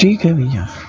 ٹھیک ہے بھیا